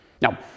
Now